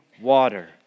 water